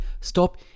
stop